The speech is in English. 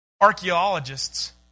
Archaeologists